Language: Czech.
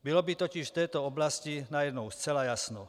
Bylo by totiž v této oblasti najednou zcela jasno.